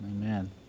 Amen